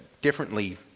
differently